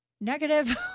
negative